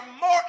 more